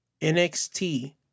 NXT